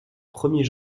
premier